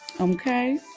okay